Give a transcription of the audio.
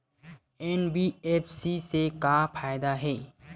NBFC से का फ़ायदा हे?